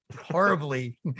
horribly